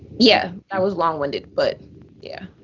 yeah. that was longwinded. but yeah.